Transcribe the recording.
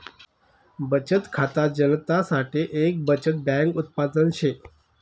बचत खाता जनता साठे एक बचत बैंक उत्पादन शे